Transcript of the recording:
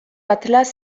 atlas